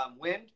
wind